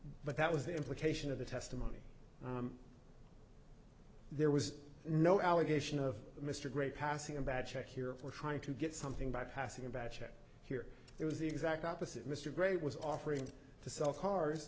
but that was the implication of the testimony there was no allegation of mr gray passing a bad check here for trying to get something by passing a bad check here there was the exact opposite mr gray was offering to sell cars